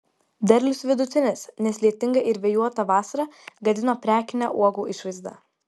derlius vidutinis nes lietinga ir vėjuota vasara gadino prekinę uogų išvaizdą